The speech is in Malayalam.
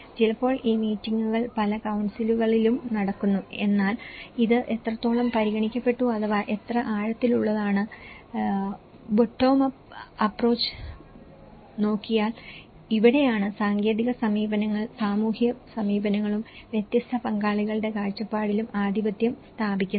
ചിലപ്പോൾ ഈ മീറ്റിംഗുകൾ പല കൌൺസിലുകളിലും നടക്കുന്നു എന്നാൽ ഇത് എത്രത്തോളം പരിഗണിക്കപ്പെട്ടു അഥവാ എത്ര ആഴത്തിലുള്ളതാണ് ബോട്ടം അപ്പ് അപ്പ്രോച്ച് നോക്കിയാൽ ഇവിടെയാണ് സാങ്കേതിക സമീപനങ്ങൾ സാമൂഹിക സമീപനങ്ങളിലും വ്യത്യസ്ത പങ്കാളികളുടെ കാഴ്ചപ്പാടിലും ആധിപത്യം സ്ഥാപിക്കുന്നത്